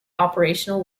operational